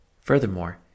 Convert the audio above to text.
Furthermore